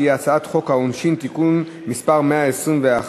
שהיא הצעת חוק העונשין (תיקון מס' 121)